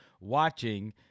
watching